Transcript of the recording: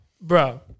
Bro